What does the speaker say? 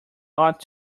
ought